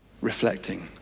reflecting